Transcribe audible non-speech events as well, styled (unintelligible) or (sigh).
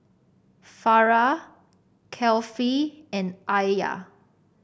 Farah (unintelligible) and Alya